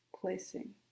placing